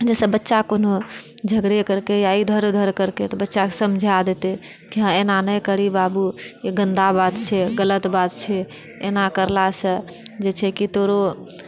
जाहिसँ बच्चा कोनो झगड़े करकै या इधर उधर करलकै तऽ बच्चाकेँ समझा देतै कि हँ एना नहि करही बाबू ई गन्दा बात छै ई गलत बात छै एना करलासँ जे छै कि तोरो